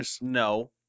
no